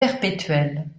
perpétuelle